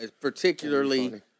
Particularly